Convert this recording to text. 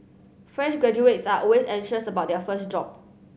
fresh graduates are always anxious about their first job